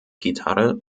gitarre